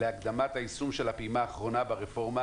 להקדמת היישום של הפעימה האחרונה ברפורמה